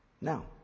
Now